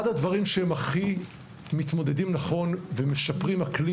אחד הדברים שהם הם מתמודדים נכון ומשפרים אקלים